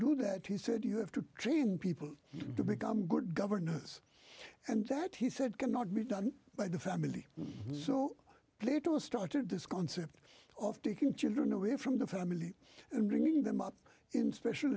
do that he said you have to train people to become good governance and that he said cannot be done by the family so plato started this concept of taking children away from the family and bringing them up in special